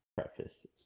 preface